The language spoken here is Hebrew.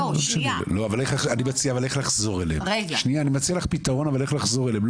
אני מציע לך פתרון איך לחזור אליהם.